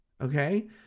okay